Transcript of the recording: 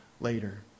later